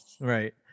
Right